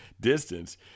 distance